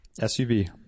SUV